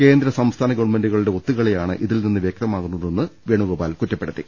കേന്ദ്ര സംസ്ഥാന ഗവൺമെന്റുകളുടെ ഒത്തുകളിയാണ് ഇതിൽനിന്ന് വ്യക്തമാകുന്നതെന്നും വേണുഗോപാൽ പറഞ്ഞു